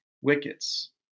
wickets